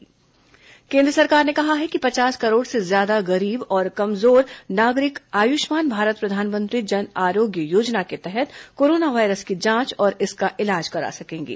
corona Ayushman केन्द्र सरकार ने कहा है कि पचास करोड़ से ज्यादा गरीब और कमजोर नागरिक आयुष्मान भारत प्रधानमंत्री जन आरोग्य योजना के तहत कोरोना वायरस की जांच और इसका इलाज करा सकेंगे